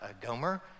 Gomer